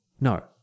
No